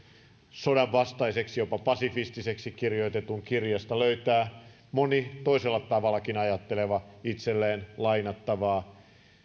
sodan vastaiseksi jopa pasifistiseksi kirjoitetusta kirjasta löytää moni toisella tavallakin ajatteleva itselleen lainattavaa